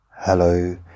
Hello